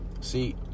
See